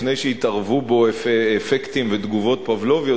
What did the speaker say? לפני שהתערבו בו אפקטים ותגובות פבלוביות,